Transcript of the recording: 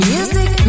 Music